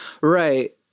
Right